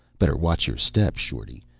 better watch your step, shorty.